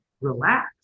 relax